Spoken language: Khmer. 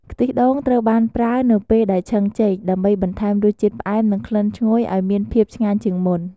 ខ្ទិះដូងត្រូវបានប្រើនៅពេលដែលឆឹងចេក ដើម្បីបន្ថែមរសជាតិផ្អែម និងក្លិនឈ្ងុយឱ្យមានភាពឆ្ងាញ់ជាងមុន។